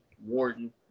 Warden